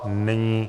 Není.